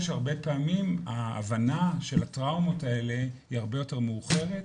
שהרבה פעמים ההבנה של הטראומות האלה היא הרבה יותר מאוחרת,